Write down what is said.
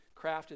crafted